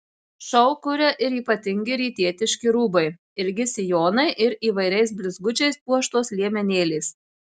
šou kuria ir ypatingi rytietiški rūbai ilgi sijonai ir įvairiais blizgučiais puoštos liemenėlės